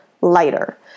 lighter